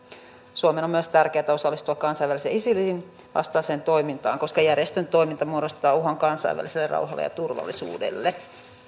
suomen on myös tärkeätä osallistua kansainväliseen isilin vastaiseen toimintaan koska järjestön toiminta muodostaa uhan kansainväliselle rauhalle ja turvallisuudelle